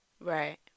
Right